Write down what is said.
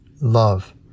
love